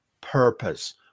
purpose